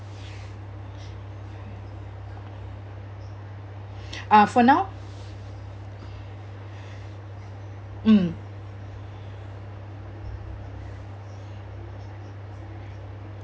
uh for now mm